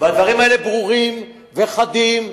והדברים האלה ברורים וחדים,